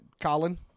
Colin